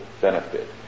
benefit